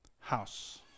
house